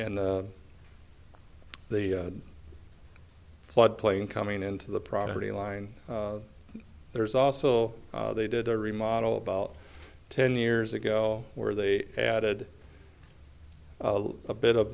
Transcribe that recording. and the floodplain coming into the property line there's also they did a remodel about ten years ago where they added a bit of